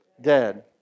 dead